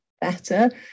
better